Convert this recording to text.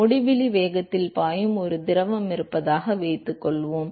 முடிவிலி வேகத்தில் பாயும் ஒரு திரவம் இருப்பதாக வைத்துக்கொள்வோம்